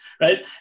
right